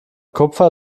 kupfer